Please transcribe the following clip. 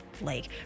lake